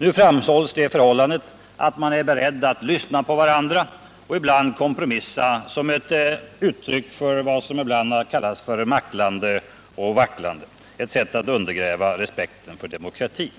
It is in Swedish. Nu framhålls det förhållandet att man är beredd att lyssna på varandra och ibland kompromissa som ett uttryck för vad som ibland har kallats macklande och vacklande, ett sätt att undergräva respekten för demokratin.